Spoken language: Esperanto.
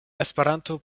esperanto